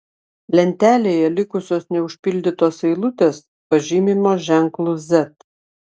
lentelėje likusios neužpildytos eilutės pažymimos ženklu z